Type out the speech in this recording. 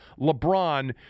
LeBron